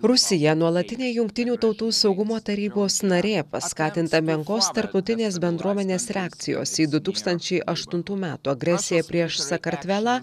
rusija nuolatinė jungtinių tautų saugumo tarybos narė paskatinta menkos tarptautinės bendruomenės reakcijos į du tūkstančiai aštuntų metų agresiją prieš sakartvelą